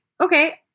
okay